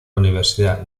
universidad